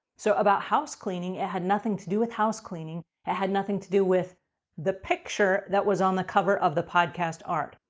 so, about house cleaning, it had nothing to do with house cleaning, it had nothing to do with the picture that was on the cover of the podcast art.